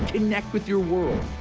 connect with your world.